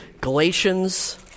Galatians